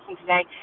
today